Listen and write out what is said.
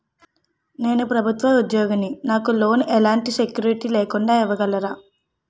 నేను ప్రభుత్వ ఉద్యోగిని, నాకు లోన్ ఎలాంటి సెక్యూరిటీ లేకుండా ఇవ్వగలరా?